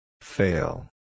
Fail